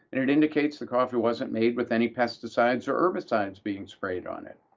and it indicates the coffee wasn't made with any pesticides or herbicides being sprayed on it,